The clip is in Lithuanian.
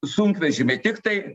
sunkvežimiai tiktai